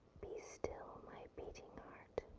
be still my beating heart.